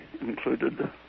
included